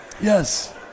Yes